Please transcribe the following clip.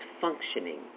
functioning